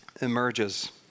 emerges